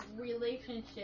relationship